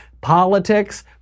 politics